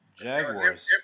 Jaguars